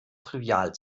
trivial